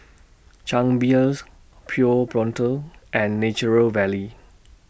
Chang Beers Pure Blonde and Natural Valley